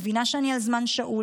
מבינה שאני על זמן שאול.